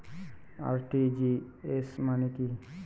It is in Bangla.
আর.টি.জি.এস মানে কি?